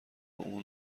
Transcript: اون